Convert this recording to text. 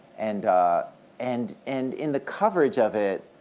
and and and in the coverage of it,